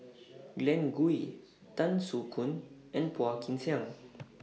Glen Goei Tan Soo Khoon and Phua Kin Siang